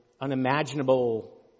unimaginable